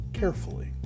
Carefully